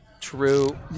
True